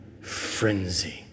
frenzy